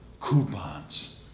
coupons